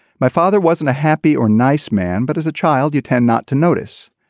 my father wasn't a happy or nice man but as a child you tend not to notice.